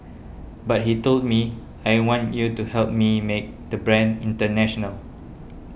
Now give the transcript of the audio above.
but he told me I want you to help me make the brand international